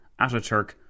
Ataturk